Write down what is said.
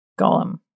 golem